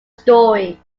story